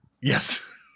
Yes